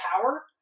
power